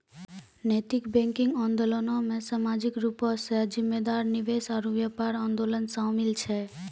नैतिक बैंकिंग आंदोलनो मे समाजिक रूपो से जिम्मेदार निवेश आरु व्यापार आंदोलन शामिल छै